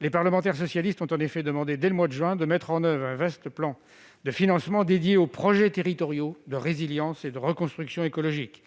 les parlementaires socialistes ont en effet demandé, dès le mois de juin, de mettre en oeuvre un vaste plan de financement dédié aux projets territoriaux de résilience et de reconstruction écologique.